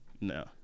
no